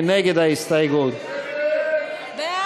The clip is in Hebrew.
מי